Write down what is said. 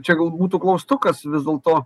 čia gal būtų klaustukas vis dėlto